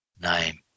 name